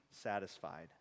satisfied